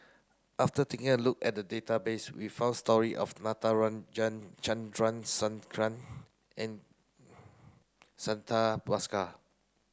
after taking a look at database we found story of Natarajan Chandrasekaran and Santha Bhaskar